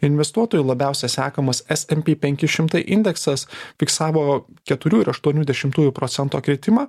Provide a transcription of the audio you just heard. investuotojų labiausia sekamas smp penki šimtai indeksas fiksavo keturių ir aštuonių dešimtųjų procento kritimą